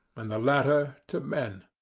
and the latter to men.